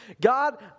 God